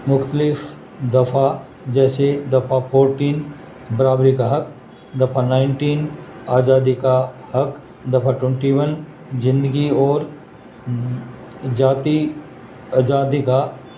مختلف دفعہ جیسے دفعہ فورٹین برابری کا حق دفع نائنٹین آزادی کا حق دفعہ ٹونٹی ون زندگی اور ذاتی آزادی کا